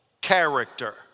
character